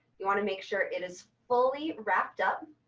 you want to make sure it is fully wrapped up